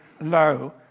low